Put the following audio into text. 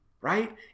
right